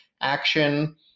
action